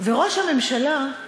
ראש הממשלה,